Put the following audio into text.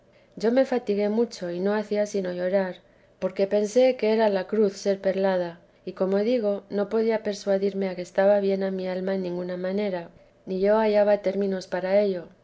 yo me fatigué mucho y no hacía sino llorar porque pensé que era la cruz ser perlada y como digo no podía persuadirme a que estaba bien a mi alma en ninguna manera ni yo hallaba términos para ello